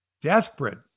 desperate